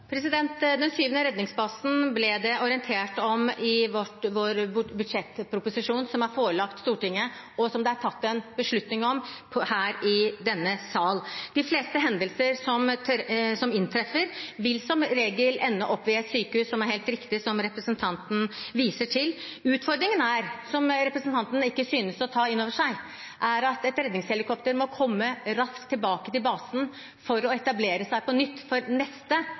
Den syvende redningsbasen ble det orientert om i vår budsjettproposisjon, som er forelagt Stortinget, og som det er tatt en beslutning om her i denne sal. Etter de fleste hendelser som inntreffer, vil man som regel ende opp på et sykehus, noe som representanten helt riktig viser til. Men utfordringen er – som representanten ikke synes å ta innover seg – at et redningshelikopter må komme raskt tilbake til basen for å etablere seg på nytt for neste